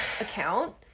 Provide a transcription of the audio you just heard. account